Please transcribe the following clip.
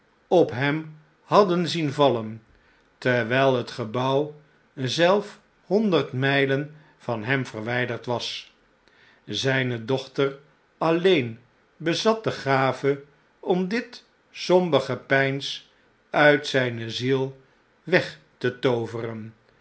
op hem hadden zien vallen terwjjl het gebouw zelf honderd mpen van hem verwijderd was zpe dochter alleen bezat de gave om dit somber gepeins uit zpe ziel weg te tooveren